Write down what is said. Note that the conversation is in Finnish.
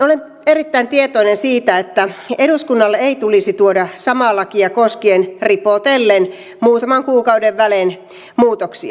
olen erittäin tietoinen siitä että eduskunnalle ei tulisi tuoda samaa lakia koskien ripotellen muutaman kuukauden välein muutoksia